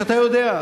שאתה יודע,